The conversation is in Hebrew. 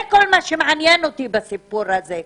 זה כל מה שמעניין אותי בסיפור הזה.